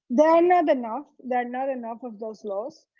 there are not enough. there are not enough of those laws.